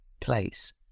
place